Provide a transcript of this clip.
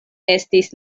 estis